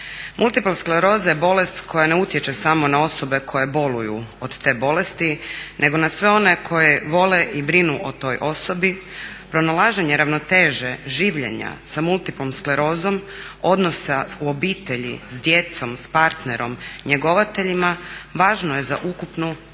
Multipla skleroza je bolest koja ne utječe samo na osobe koje boluju od te bolesti nego na sve one koje vole i brinu o toj osobi. Pronalaženje ravnoteže življenja sa multiplom sklerozom, odnosa u obitelji, s djecom, s partnerom, njegovateljima važno je za ukupnu dobrobit.